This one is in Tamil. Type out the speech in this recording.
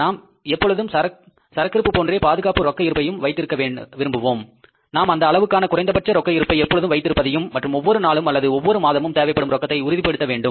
நாம் எப்பொழுதும் சரக்கிருப்பு போன்றே பாதுகாப்பு ரொக்க இருப்பையும் வைத்திருக்க விரும்புவோம் நாம் அந்த அளவுக்கான குறைந்தபட்ச ரொக்க இருப்பை எப்பொழுதும் வைத்திருப்பதையும் மற்றும் ஒவ்வொரு நாளும் அல்லது ஒவ்வொரு மாதமும் தேவைப்படும் ரொக்கத்தையும் உறுதிப்படுத்த வேண்டும்